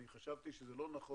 אני חשבתי שזה לא נכון